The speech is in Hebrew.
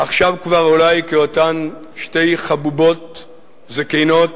עכשיו כבר אולי כאותן שתי חבובות זקנות,